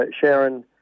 Sharon